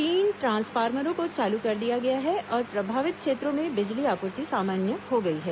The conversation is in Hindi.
तीन द्र ांसफॉर्मरों को चालू कर दिया गया है और प्रभावित क्षेत्रों में बिजली आपूर्ति सामान्य हो गई है